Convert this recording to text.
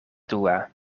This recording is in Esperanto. dua